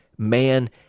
Man